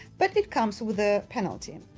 but it comes with a penalty.